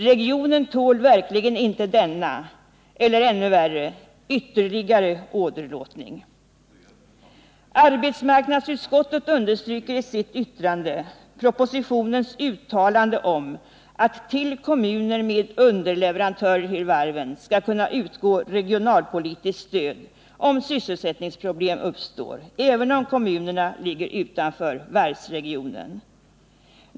Regionen tål verkligen inte denna, eller ännu värre, ytterligare åderlåtning. Arbetsmarknadsutskottet understryker i sitt yttrande propositionens uttalande om att till kommuner med underleverantörer till varven skall kunna utgå regionalpolitiskt stöd om sysselsättningsproblem uppstår, även om kommunerna ligger utanför varvsregionen.